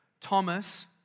Thomas